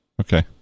Okay